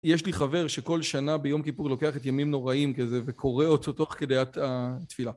יש לי חבר שכל שנה ביום כיפור לוקח את ימים נוראים כזה וקורא אותו תוך כדי התפילה.